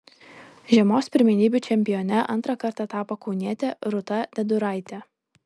žiemos pirmenybių čempione antrą kartą tapo kaunietė rūta deduraitė